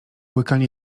łykanie